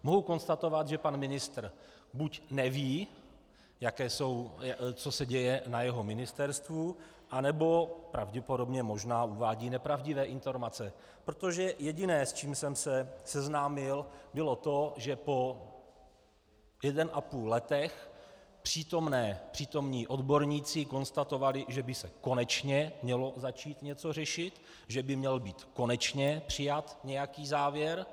Mohu konstatovat, že pan ministr buď neví, co se děje na jeho ministerstvu, anebo pravděpodobně možná uvádí nepravdivé informace, protože jediné, s čím jsem se seznámil, bylo to, že po jednom a půl roce přítomní odborníci konstatovali, že by se konečně mělo začít něco řešit, že by měl být konečně přijat nějaký závěr.